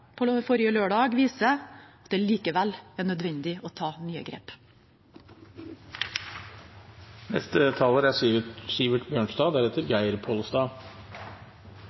forrige lørdag viser at det likevel er nødvendig å ta nye grep.